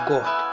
God